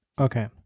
Okay